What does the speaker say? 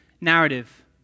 narrative